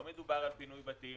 לא מדובר על פינוי בתים,